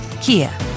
Kia